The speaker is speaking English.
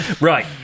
Right